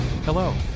Hello